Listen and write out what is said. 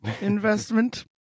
investment